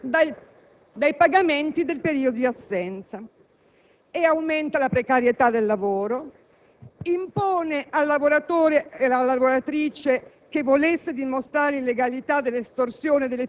È una spada di Damocle che pende sulla testa di tanti lavoratori, e soprattutto lavoratrici, utilizzata per interrompere un rapporto di lavoro in caso di maternità, di infortunio o di malattia.